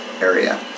area